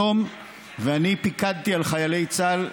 ואני פיקדתי על חיילי צה"ל,